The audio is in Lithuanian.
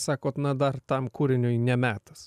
sakot na dar tam kūriniui ne metas